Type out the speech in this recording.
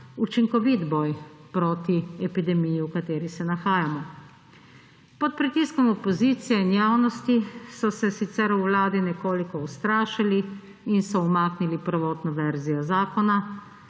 učinkovit boj proti epidemiji, v kateri se nahajamo? Pod pritiskom opozicije in javnosti so se sicer v Vladi nekoliko ustrašili in so umaknili prvotno verzijo zakona.